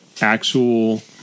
actual